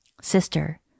Sister